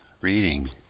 reading